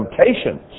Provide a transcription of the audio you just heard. temptations